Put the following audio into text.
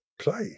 play